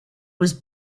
was